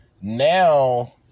Now